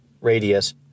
Radius